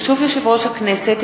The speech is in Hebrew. ברשות יושב-ראש הכנסת,